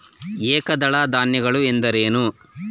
ಏಕದಳ ಧಾನ್ಯಗಳು ಎಂದರೇನು?